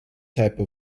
type